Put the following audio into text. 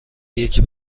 یکی